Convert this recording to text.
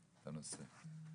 הנושא.